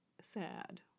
sad